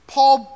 Paul